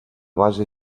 base